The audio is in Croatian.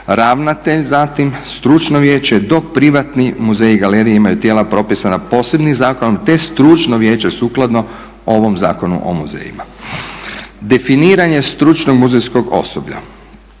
ravnatelj, zatim stručno vijeće dok privatni muzeji i galerije imaju tijela propisana posebnim zakonom te stručno vijeće sukladno ovom Zakonu o muzejima. Definiranje stručnog muzejskog osoblja